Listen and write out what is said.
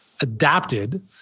adapted